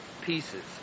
pieces